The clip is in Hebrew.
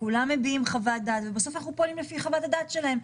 וכולם מביאים חוות דעת ובסוף אנחנו פועלים לפי חוות הדעת שלכם,